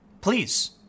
Please